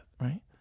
right